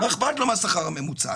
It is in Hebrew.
מה אכפת לו מהשכר הממוצע?